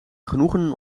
genoegen